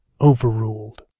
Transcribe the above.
overruled